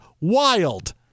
wild